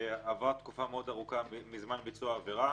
שעברה תקופה מאוד ארוכה מזמן ביצוע העבירה.